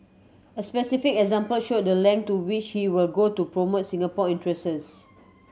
a specific example showed the length to which he will go to promote Singapore interests